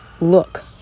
look